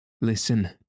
listen